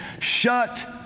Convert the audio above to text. Shut